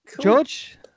George